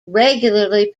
regularly